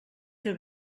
que